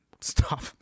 Stop